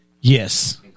Yes